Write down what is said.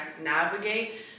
navigate